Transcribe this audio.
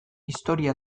historia